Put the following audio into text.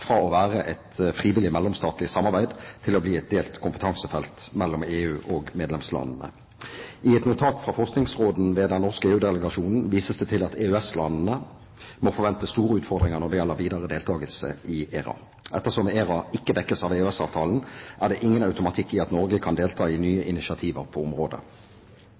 fra å være et frivillig mellomstatlig samarbeid til å bli et delt kompetansefelt mellom EU og medlemslandene. I et notat fra forskningsråden ved den norske EU-delegasjonen vises det til at EØS-landene må forvente store utfordringer når det gjelder videre deltakelse i ERA. Ettersom ERA ikke dekkes av EØS-avtalen, er det ingen automatikk i at Norge kan delta i nye initiativer på området.